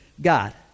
God